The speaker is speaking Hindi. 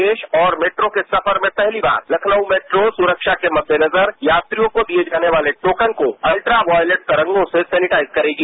देश में और मेट्रो के सफर में पहली बार लखनऊ मेट्रोसुरक्षा के महेनजर यात्रियों को दिये जाने वाले टोकन को अल्ट्रा वायलेट तरंगों सेसैनिटाइज करेगी